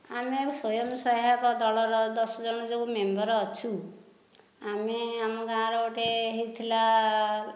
ଆମେ ଏହି ସ୍ୱୟଂ ସହାୟକ ଦଳର ଦଶ ଜଣ ଯେଉଁ ମେମ୍ବର ଅଛୁ ଆମେ ଆମ ଗାଁର ଗୋଟିଏ ହୋଇଥିଲା